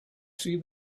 see